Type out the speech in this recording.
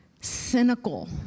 cynical